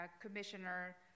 Commissioner